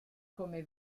come